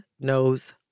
knows